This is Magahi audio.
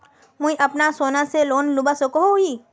मुई अपना सोना से लोन लुबा सकोहो ही?